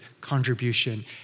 contribution